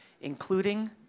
including